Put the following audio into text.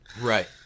Right